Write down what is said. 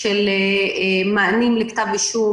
של מענים לכתב אישום,